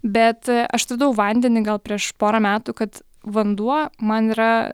bet aš atradau vandenį gal prieš porą metų kad vanduo man yra